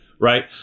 right